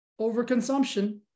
overconsumption